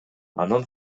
анын